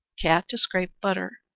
cat to scrape butter,